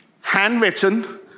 handwritten